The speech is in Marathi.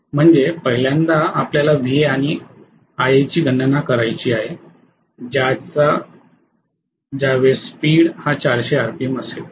म्हणजे पहिल्यांदा आपल्याला Va आणि Ia ची गणना करायची आहे ज्या वेळेस स्पीड हा 400 आरपीएम असेल